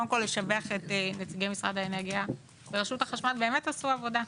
לשבח את נציגי משרד האנרגיה ורשות החשמל שבאמת עשו עבודה.